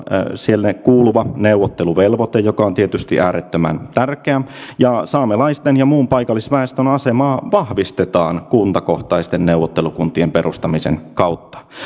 sinne kuuluva neuvotteluvelvoite joka on tietysti äärettömän tärkeä ja saamelaisten ja muun paikallisväestön asemaa vahvistetaan kuntakohtaisten neuvottelukuntien perustamisen kautta